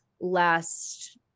last